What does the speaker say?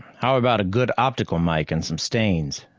how about a good optical mike and some stains?